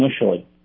initially